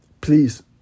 Please